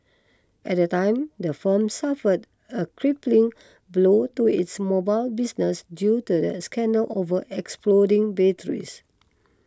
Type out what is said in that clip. at the time the firm suffered a crippling blow to its mobile business due to the scandal over exploding batteries